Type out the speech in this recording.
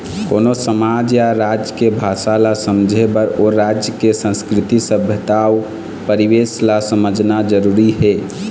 कोनो समाज या राज के भासा ल समझे बर ओ राज के संस्कृति, सभ्यता अउ परिवेस ल समझना जरुरी हे